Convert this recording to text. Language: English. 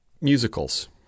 Musicals